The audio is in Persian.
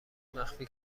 مخفی